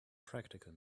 practical